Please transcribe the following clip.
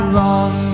long